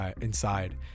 inside